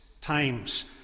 times